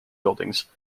buildings